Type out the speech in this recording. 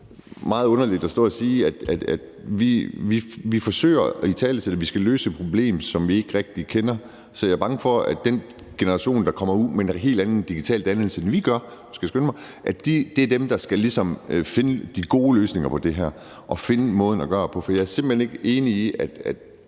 vi forsøger at italesætte, at vi skal løse et problem, som vi ikke rigtig kender. Så jeg er bange for, at unge fra den generation, der kommer ud med en hel anden digital dannelse, end vi har, ligesom er dem, der skal finde de gode løsninger på det her og finde måden at gøre det